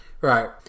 right